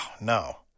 no